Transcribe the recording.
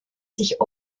sich